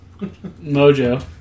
Mojo